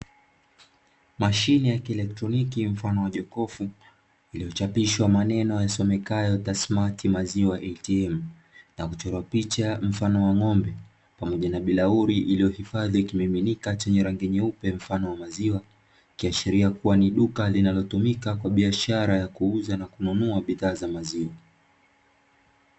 Mashine ya kielekroniki mfano wa jokofu iliyochapisha maneno yasomekayo 'TASSMATT MAZIWA ATM' na kuchorwa picha mfano wa ng'ombe na bilauri iliyohifadhi kimiminika cha rangi nyeupe mfano wa maziwa, ikiashiria kuwa ni duka linalotumika kwa biashara ya kuuza na kununua bidhaa za maziwa.